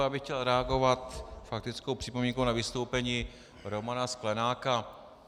Já bych chtěl reagovat faktickou připomínkou na vystoupení Romana Sklenáka.